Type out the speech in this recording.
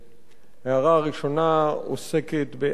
ההערה הראשונה עוסקת באזהרה,